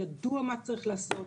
ידוע מה צריך לעשות,